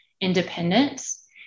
independence